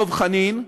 דב חנין,